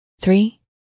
three